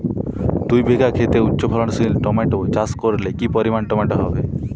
দুই বিঘা খেতে উচ্চফলনশীল টমেটো চাষ করলে কি পরিমাণ টমেটো হবে?